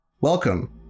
welcome